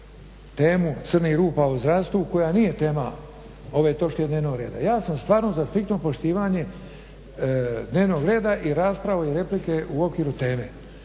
temu crnih rupa u zdravstvu koja nije tema ove točke dnevnog reda. Ja sam stvarno za striktno poštivanje dnevnog reda i rasprave i replike u okviru teme.